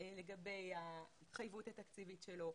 לגבי ההתחייבות התקציבית שלו,